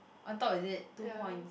on top is it two point